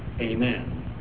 amen